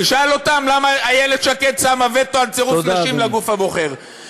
תשאל אותם למה איילת שקד שמה וטו על צירוף נשים לגוף הבוחר,